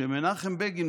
שמנחם בגין,